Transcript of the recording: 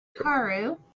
Karu